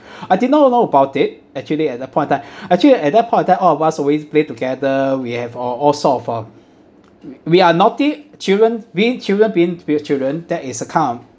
I did not know about it actually at the point of time actually at that point of time all of us always play together we have all all sort of uh we we are naughty children being children being we're children that is a kind